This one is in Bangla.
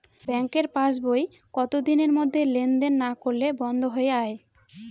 ব্যাঙ্কের পাস বই কত দিনের মধ্যে লেন দেন না করলে বন্ধ হয়ে য়ায়?